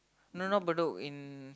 no no Bedok in